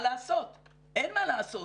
אין מה לעשות,